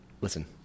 Listen